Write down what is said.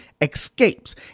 escapes